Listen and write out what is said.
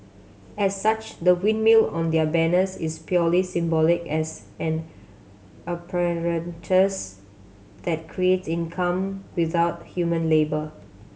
as such the windmill on their banners is purely symbolic as an apparatus that creates income without human labour